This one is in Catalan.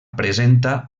presenta